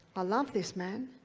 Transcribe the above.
i love this man.